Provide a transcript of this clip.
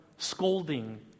scolding